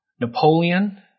Napoleon